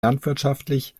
landwirtschaftlich